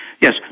Yes